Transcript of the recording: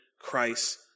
Christ